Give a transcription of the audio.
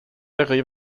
großteil